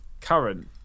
Current